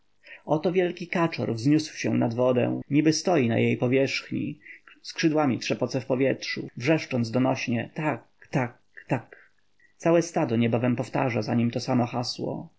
oto wielki kaczor wzniósł się nad wodę niby stoi na jej powierzchni skrzydłami trzepoce w powietrzu wrzeszcząc donośnie tak tak tak całe stado niebawem powtarza za nim to samo hasło